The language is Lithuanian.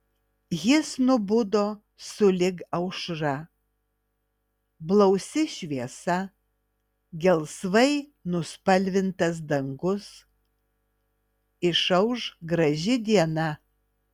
jis nubudo sulig aušra blausi šviesa gelsvai nuspalvintas dangus išauš graži diena